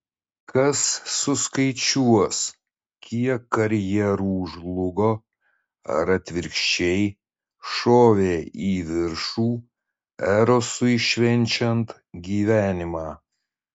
kas suskaičiuos kiek karjerų žlugo ar atvirkščiai šovė į viršų erosui švenčiant gyvenimą